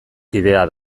kidea